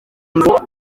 ngo